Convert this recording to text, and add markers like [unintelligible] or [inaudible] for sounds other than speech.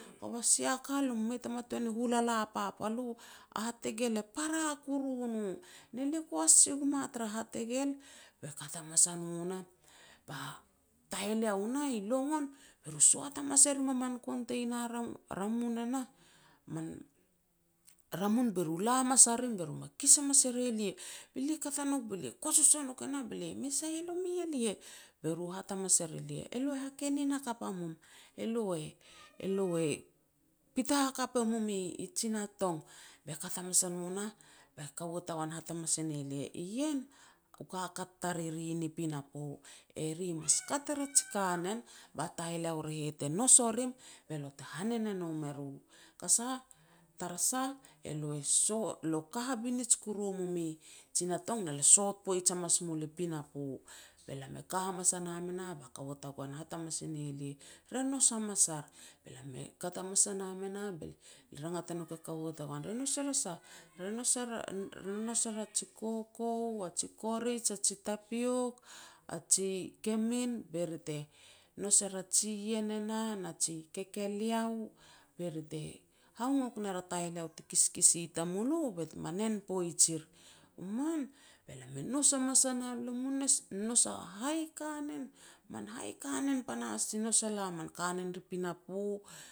kova sia ka lo mu mei tama tuan hulala papal u, a hategel e para koru no, ne lia kuas si gum a tara hategel. Kat hamas a no nah, ba taheleau nah i longon be soat hamas e rim a min konteina na [hesitation] ramun e nah, man ramun, be ru e la hamas a rim me kis hamas e re lia. Be lia kat a nouk be lia kosos o nouk e nah, be lia, "Me sei e romi e lia", be ru hat hamas er elia, "E lo e hakenin hakap a mum, elo e-elo e pita hakap e mum i tsina tong. Be kat hamas a no nah be kaua tagoan e hat hamas e ne lia nah, "Ien u kakat tariri ni pinapo. E ri [noise] mas kat er ji kanen, ba taheleau re heh te nous o rim, be lo te hanen e nom eru, ka sah [unintelligible] tara sah elo [hesitation] lo ka habinij kuru mum i tsina tong ne le sot poij hamas mul i pinapo. Be lam e ka hamas a nam e nah, ba kaua tagoan e hat hamas e ne lia, "Re nous hamas ar." Be lam e kat hamas a nam e nah be rangat e nouk e kaua tagoan, "Re nous er a sah", [hesitation] "Re nous er a ji koukou, a ji korij, a ji tapiok, a ji kemin be ri te nous er a jiien e nah, ji kekeleo, be ri te hangok ner a taheleo ti kiskis i tamulo bet me nen poij er, "U man." Be lam e nous haams a nam, lam mu [hesitation] nous a hai kanen, man hai kanen panahas ti nous e lam, man kanen ri pinapo